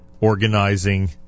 organizing